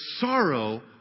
sorrow